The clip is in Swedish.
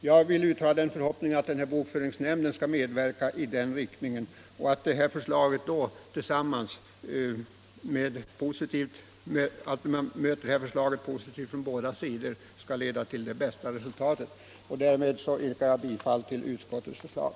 Jag vill uttala den förhoppningen att bokföringsnämnden skall medverka i den riktningen samt att man från båda sidor möter den nya bokföringslagen med vilja att bedöma den positivt. Detta bör leda till det bästa resultatet. Därmed yrkar jag bifall till utskottets förslag.